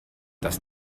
das